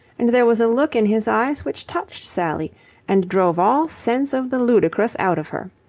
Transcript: and there was a look in his eyes which touched sally and drove all sense of the ludicrous out of her.